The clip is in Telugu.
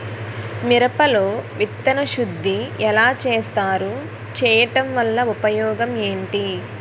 మిరప లో విత్తన శుద్ధి ఎలా చేస్తారు? చేయటం వల్ల ఉపయోగం ఏంటి?